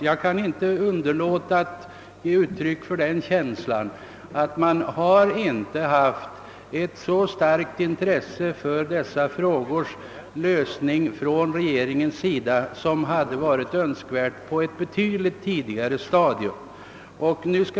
Jag kan inte underlåta att ge uttryck för den känslan, att regeringen inte har visat så stort intresse för dessa frågors lösning som hade varit önskvärt — detta intresse borde ha visats på ett betydligt tidigare stadium.